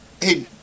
Hey